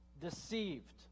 Deceived